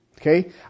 Okay